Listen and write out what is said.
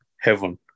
heaven